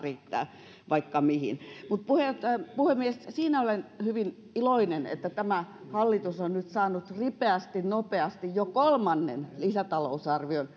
riittää vaikka mihin mutta puhemies siitä olen hyvin iloinen että tämä hallitus on nyt saanut ripeästi nopeasti jo kolmannen lisätalousarvion